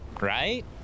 right